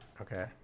Okay